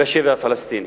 בשבי הפלסטיני.